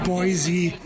Boise